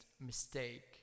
mistake